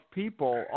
people